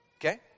okay